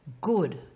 good